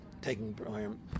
taking